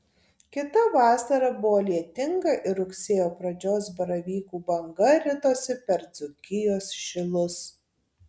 kita vasara buvo lietinga ir rugsėjo pradžios baravykų banga ritosi per dzūkijos šilus